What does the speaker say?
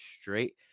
straight